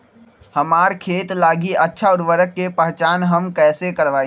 हमार खेत लागी अच्छा उर्वरक के पहचान हम कैसे करवाई?